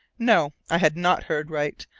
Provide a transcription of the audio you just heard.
no! i had not heard aright!